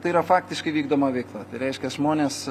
tai yra faktiškai vykdoma veikla tai reiškias žmonės